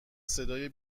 صدای